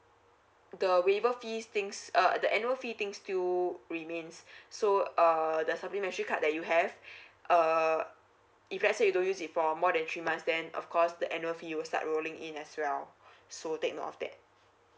the waiver fees things uh the annual fee things do remains so uh the supplementary card that you have uh if let say you don't use it for more than three months then of course the annual fee will start rolling in as well so take note of that